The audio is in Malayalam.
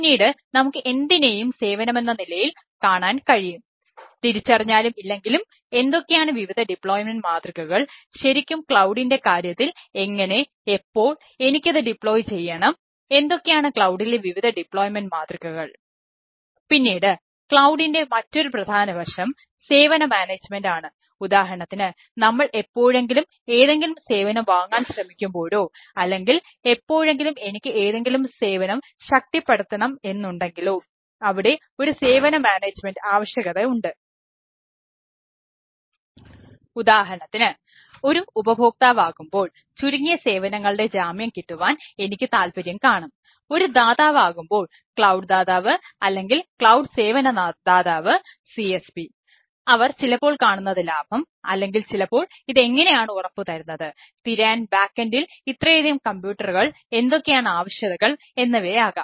പിന്നീട് ക്ലൌഡിൻറെ എന്തൊക്കെയാണ് ആവശ്യകതകൾ എന്നിവയാകാം